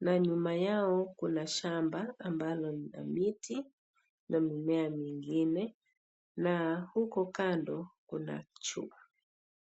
na nyuma yao kuna shamba ambalo lina miti na mimea mengine na huko kando kuna chupa.